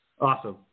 Awesome